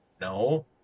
no